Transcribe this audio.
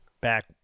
back